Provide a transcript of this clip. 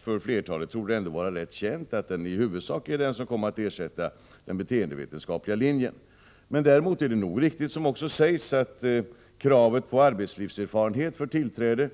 För flertalet torde det ändå vara känt att den är den linje som i huvudsak kom att ersätta den beteendevetenskapliga linjen. Däremot är det nog riktigt, som också sägs, att kravet på arbetslivserfarenhet för tillträde